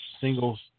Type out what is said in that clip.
singles